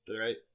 right